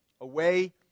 away